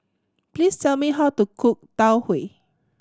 please tell me how to cook Tau Huay